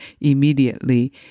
immediately